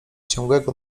ciągłego